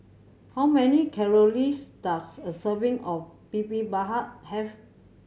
how many calories does a serving of Bibimbap have